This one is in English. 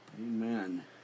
Amen